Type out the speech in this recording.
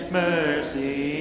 mercy